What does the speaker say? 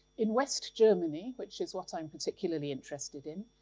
in west germany, which is what i'm particularly interested in,